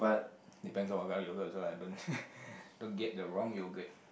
depends on what kind of yogurt also lah don't get the wrong yogurt